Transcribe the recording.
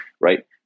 right